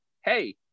hey